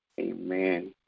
Amen